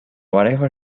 whatever